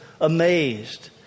amazed